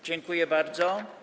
Dziękuję bardzo.